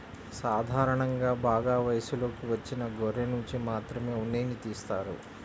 సాధారణంగా బాగా వయసులోకి వచ్చిన గొర్రెనుంచి మాత్రమే ఉన్నిని తీస్తారు